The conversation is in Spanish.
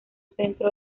centro